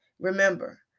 Remember